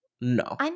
No